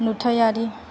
नुथायारि